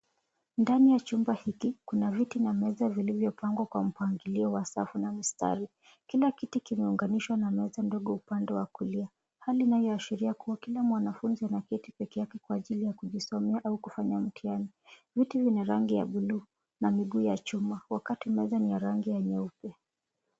Ndani ya chumba hiki, kuna viti na meza vilivyopangwa kwa mpangilio wa safu na mistari. Kila kiti kimeunganishwa na meza ndogo upande wa kulia hali inayoashiria kuwa kila mwanafunzi ameketi pekee yake kwa ajili ya kujisomea au kufanya mtihani. Viti vyenye rangi ya buluu na miguu ya chuma wakati meza ni ya rangi ya nyeupe.